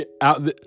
out